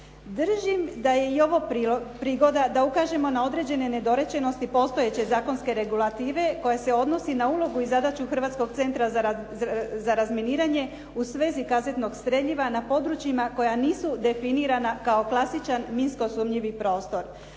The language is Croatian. Držim da je i ovo prigoda da ukažemo na određene nedorečenosti postojeće zakonske regulative, koja se odnosi na ulogu i zadaću Hrvatskog centra za razminiranje u svezi kazetnog streljiva na područjima koja nisu definirana kao klasičan minsko sumnjivi prostor.